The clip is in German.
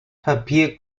papier